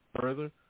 further